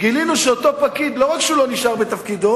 גילינו שאותו פקיד לא רק שהוא לא נשאר בתפקידו,